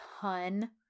ton